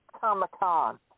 Comic-Con